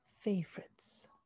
favorites